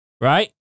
Right